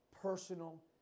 personal